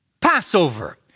Passover